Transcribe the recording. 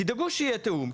תדאגו שיהיה תיאום,